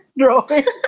drawing